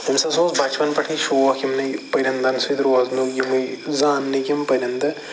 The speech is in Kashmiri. أمس ہَسا اوس بَچپَن پٮ۪ٹھٕے شوق یِمنٕے پٔرِندَن سۭتۍ روزنُک یِمَے زاننٕکۍ یِم پٔرِندٕ